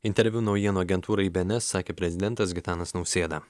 interviu naujienų agentūrai bns sakė prezidentas gitanas nausėda